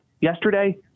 yesterday